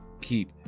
keep